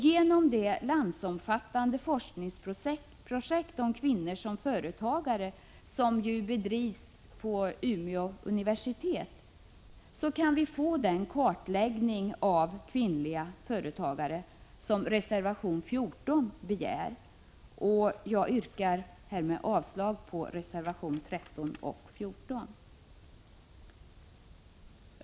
Genom det landsomfattande forskningsprojekt om kvinnor såsom företagare som bedrivs vid Umeå universitet kan vi få den kartläggning av kvinnliga företagare som begärs i reservation 14. Jag yrkar härmed avslag på reservationerna 13 och 14.